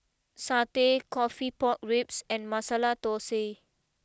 Satay Coffee Pork Ribs and Masala Thosai